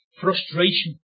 frustration